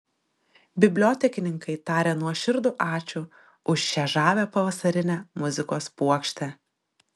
bibliotekininkai taria nuoširdų ačiū už šią žavią pavasarinę muzikos puokštę